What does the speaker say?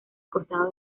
costado